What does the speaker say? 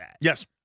Yes